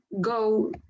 go